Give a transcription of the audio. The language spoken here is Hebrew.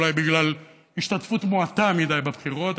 אולי בגלל השתתפות מועטה מדי בבחירות.